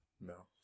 No